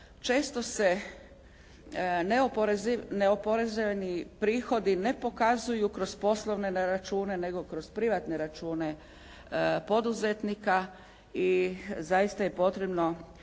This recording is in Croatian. Često se neoporezovani prihodi ne pokazuju kroz poslovne račune nego kroz privatne račune poduzetnika i zaista je potrebno